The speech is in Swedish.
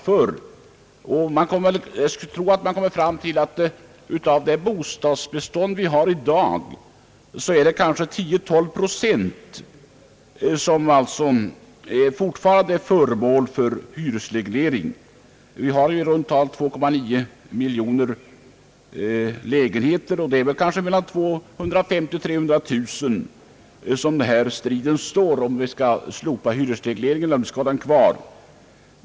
Jag skulle tro att man kommer fram till att av vårt bostadsbestånd i dag är det kanske 10— 12 procent som fortfarande är föremål för hyresreglering. Vi har i runt tal 2,9 miljoner lägenheter och det är kanske mellan 250 000 och 300 000 som det står strid om huruvida vi skall slopa hyresregleringen eller ha den kvar.